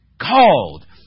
called